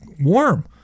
warm